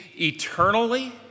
eternally